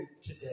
today